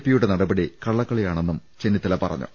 പിയുടേത് കള്ളക്കളിയാണെന്നും ചെന്നിത്തല പറഞ്ഞു